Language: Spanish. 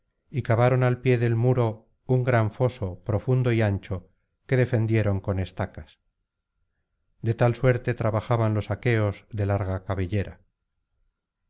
y cavaron al pie del muro un gran foso profundo y ancho que defendieron con estacas de tal suerte trabajaban los aqueos de larga cabellera